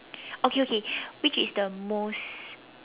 okay okay which is the most